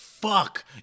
Fuck